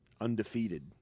undefeated